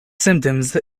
symptoms